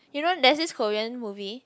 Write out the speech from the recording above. you know there's this Korean movie